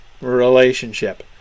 relationship